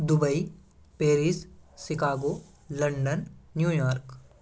Dubai Paris Chicago London New York